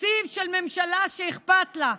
תקציב של ממשלה שאכפת לה.